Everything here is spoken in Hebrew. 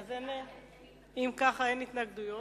אם כך אין התנגדויות,